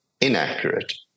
inaccurate